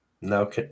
No